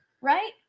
Right